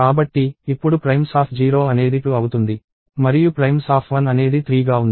కాబట్టి ఇప్పుడు primes0 అనేది 2 అవుతుంది మరియు primes1 అనేది 3 గా ఉంది